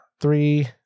three